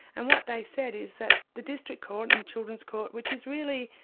and what they said is that the district court and the children's court, which is really.